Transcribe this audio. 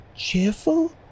Cheerful